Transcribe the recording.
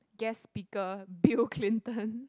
guest speaker Bill Clinton